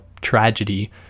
tragedy